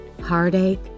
heartache